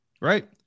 right